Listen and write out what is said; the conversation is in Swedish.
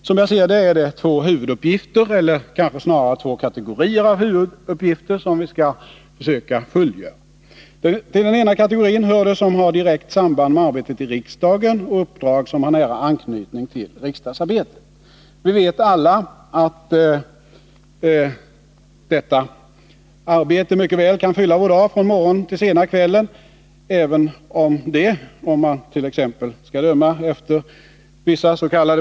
Som jag ser det är det två huvuduppgifter eller kanske snarare två kategorier av huvuduppgifter som vi skall försöka fullgöra. Till den ena kategorin hör det som har direkt samband med arbetet i riksdagen och uppdrag som har nära anknytning med riksdagsarbetet. Vi vet alla att detta arbete mycket väl kan fylla vår dag från morgon till sena kvällen, även om det — om man skall dömat.ex. av des.k.